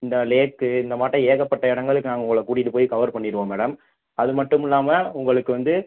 இந்த லேக்கு இந்த மாட்டோம் ஏகப்பட்ட இடங்களுக்கு நாங்கள் உங்களை கூட்டிட்டு போய் கவர் பண்ணிடுவோம் மேடம் அதுமட்டும் இல்லாமல் உங்களுக்கு வந்து